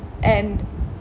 and